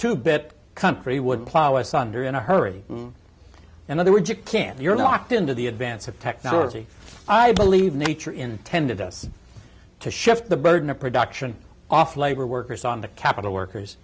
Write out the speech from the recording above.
two bit country would plow asunder in a hurry in other words you can't you're locked into the advance of technology i believe nature intended us to shift the burden of production off labor workers on the capital workers